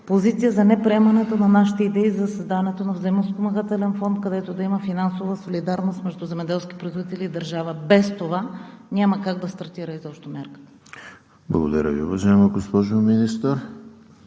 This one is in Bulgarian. позиция за неприемането на нашите идеи за създаването на взаимоспомагателен фонд, където да има финансова солидарност между земеделски производители и държава. Без това няма как да стартира изобщо Мярката. ПРЕДСЕДАТЕЛ ЕМИЛ ХРИСТОВ: Благодаря Ви, уважаема госпожо Министър.